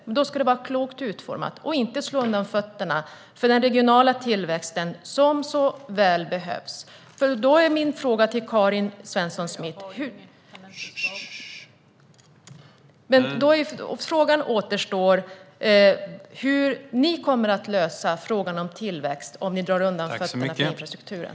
Men då ska de vara klokt utformade och inte slå undan fötterna för den regionala tillväxten som så väl behövs. Min fråga till Karin Svensson Smith kvarstår, nämligen hur ni kommer att lösa frågan om tillväxt om ni drar undan fötterna för infrastrukturen.